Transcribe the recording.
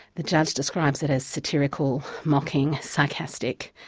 the judge describes it as satirical, mocking, sarcastic.